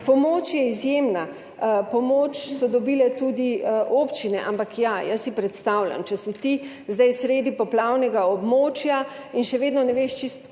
pomoč je izjemna, pomoč so dobile tudi občine, ampak ja, jaz si predstavljam, če si ti zdaj sredi poplavnega območja in še vedno ne veš čisto,